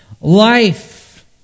life